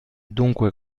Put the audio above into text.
dunque